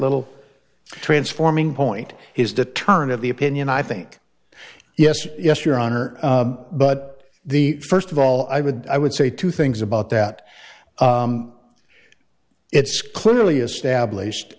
little transforming point his deterrent of the opinion i think yes yes your honor but the first of all i would i would say two things about that it's clearly established